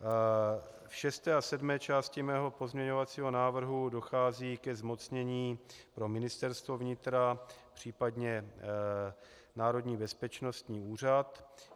V šesté a sedmé části mého pozměňovacího návrhu dochází ke zmocnění pro Ministerstvo vnitra, případně Národní bezpečnostní úřad.